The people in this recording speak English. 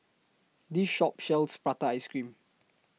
This Shop sells Prata Ice Cream